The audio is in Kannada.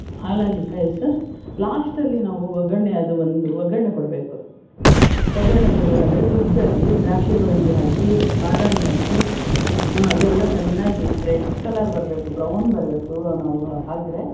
ಹಾಲಲ್ಲಿ ಕಾಯಿಸಿ ಲಾಸ್ಟಲ್ಲಿ ನಾವು ಒಗ್ಗರಣೆ ಅದು ಒಂದು ಒಗ್ಗರಣೆ ಕೊಡಬೇಕು ಒಗ್ಗರಣೆ ಕೊಡಬೇಕಾದ್ರೆ ತುಪ್ಪದಲ್ಲಿ ದ್ರಾಕ್ಷಿ ಗೋಡಂಬಿ ಹಾಕಿ ಬಾದಾಮಿ ಹಾಕಿ ಅದೆಲ್ಲ ಚೆನ್ನಾಗಿ ರೆಡ್ ಕಲರ್ ಬರಬೇಕು ಬ್ರೌನ್ ಬರಬೇಕು ನಾವು ಹಾಕಿದ್ರೆ